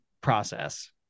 process